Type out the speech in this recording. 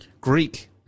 Greek